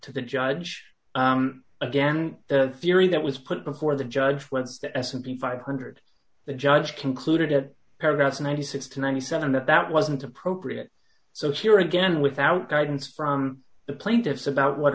to the judge again the theory that was put before the judge whether the s and p five hundred the judge concluded at paragraph ninety six to ninety seven that that wasn't appropriate so here again without guidance from the plaintiffs about what